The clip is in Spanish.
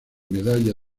medalla